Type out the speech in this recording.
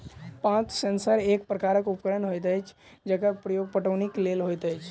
पात सेंसर एक प्रकारक उपकरण होइत अछि जकर प्रयोग पटौनीक लेल होइत अछि